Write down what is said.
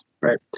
Right